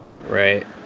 Right